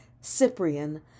Cyprian